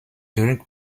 during